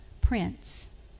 Prince